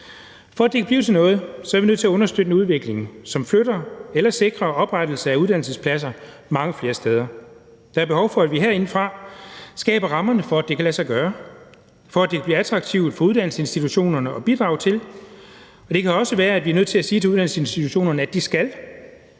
For at det kan blive til noget, er vi nødt til at understøtte en udvikling, som flytter eller sikrer oprettelse af uddannelsespladser mange flere steder. Der er behov for, at vi herindefra skaber rammerne, for at det kan lade sig gøre, og for at det kan blive attraktivt for uddannelsesinstitutionerne at bidrage til det. Det kan også være, at vi er nødt til sige til uddannelsesinstitutionerne, at de skal